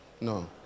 No